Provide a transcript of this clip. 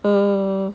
err